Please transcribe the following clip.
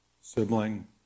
sibling